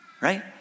right